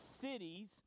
cities